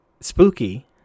spooky